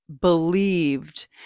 believed